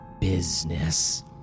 business